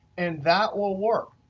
and that will work.